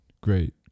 Great